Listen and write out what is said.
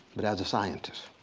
but as a scientist.